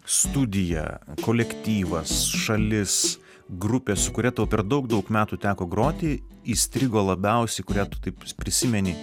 studija kolektyvas šalis grupė su kuria tau per daug daug metų teko groti įstrigo labiausiai kurią tu taip prisimeni